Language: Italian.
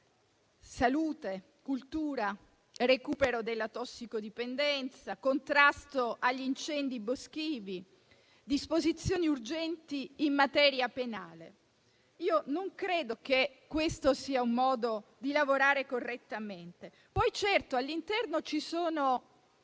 salute, la cultura, il recupero della tossicodipendenza, il contrasto agli incendi boschivi e disposizioni urgenti in materia penale. Io non credo che questo sia un modo di lavorare correttamente. Poi, certo, all'interno del